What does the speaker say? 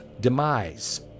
demise